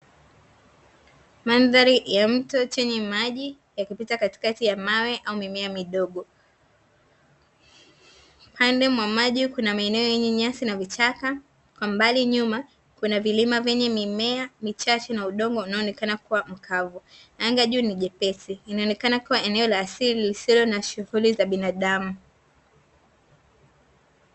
Mandhari ya mto chenye maji yakipita katikati ya mawe au mimea midogo. Upande mwa maji kuna maeneo yenye nyasi na vichaka kwa mbali nyuma kuna vilima vyenye mimea michache na udongo unaoonekana kuwa mkavu na anga juu ni jepesi, inaonekana kuwa ni eneo la asili lisilo na shughuli za binadamu.